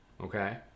okay